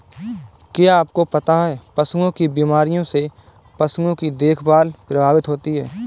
क्या आपको पता है पशुओं की बीमारियों से पशुओं की देखभाल प्रभावित होती है?